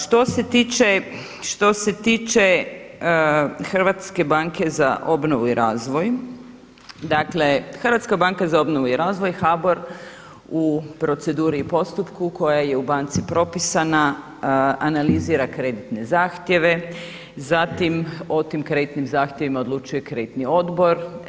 Što ste tiče Hrvatske banke za obnovu i razvoj, dakle, Hrvatska banka za obnovu i razvoj HBOR u proceduri i postupku koja je u banci propisana, analizira kreditne zahtjeve, zatim o tim kreditnim zahtjevima odlučuje kreditni odbor.